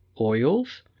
Oils